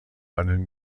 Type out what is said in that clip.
einen